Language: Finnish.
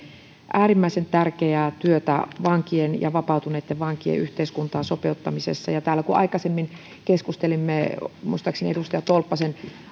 äärimmäisen tärkeää työtä vankien ja vapautuneitten vankien yhteiskuntaan sopeuttamisessa täällä aikaisemmin keskustelimme muistaakseni edustaja tolppasen